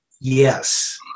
Yes